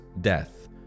Death